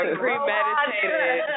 premeditated